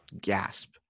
gasp